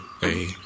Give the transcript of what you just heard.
hey